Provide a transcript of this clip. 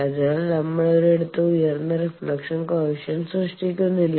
അതിനാൽ നമ്മൾ ഒരിടത്തും ഉയർന്ന റീഫ്ലക്ഷൻ കോയെഫിഷ്യന്റ് സൃഷ്ടിക്കുന്നില്ല